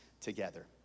together